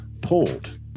pulled